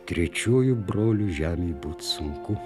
trečiuoju broliu žemėj būt sunku